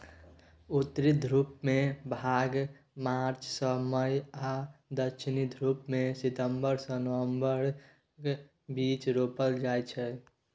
उत्तरी ध्रुबमे भांग मार्च सँ मई आ दक्षिणी ध्रुबमे सितंबर सँ नबंबरक बीच रोपल जाइ छै